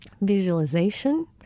visualization